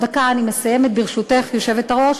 דקה, אני מסיימת, ברשותך, היושבת-ראש.